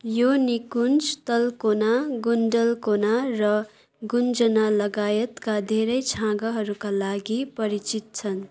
यो निकुञ्ज तलकोना गुन्डलकोना र गुञ्जनालगायतका धेरै छाँगाहरूका लागि परिचित छन्